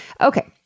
Okay